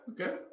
okay